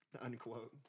Unquote